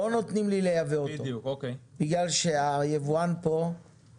לא נותנים לי לייבא אותו כי היבואן כאן,